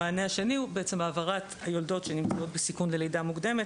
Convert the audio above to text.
המענה השני הוא העברת היולדות שנמצאות בסיכון ללידה מוקדמת,